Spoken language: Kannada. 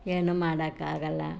ಏನೂ ಮಾಡೋಕ್ಕಾಗಲ್ಲ